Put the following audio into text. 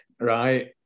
Right